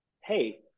hey